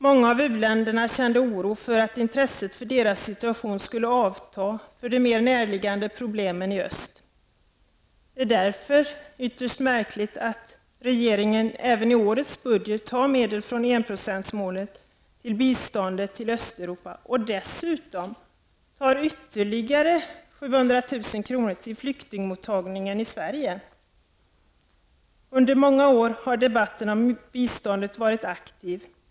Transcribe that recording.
Många av u-länderna kände oro för att intresset för deras situation skulle avta på grund av de mer närliggande problemen i öst. Det är därför ytterst märkligt att regeringen även i årets budget tar medel från enprocentsmålet till biståndet till Östeuropa och dessutom tar ytterligare 700 000 kr. Under många år har debatten om biståndet varit aktiv.